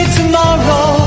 tomorrow